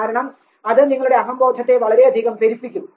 കാരണം അത് നിങ്ങളുടെ അഹംബോധത്തെ വളരെയധികം പെരുപ്പിക്കും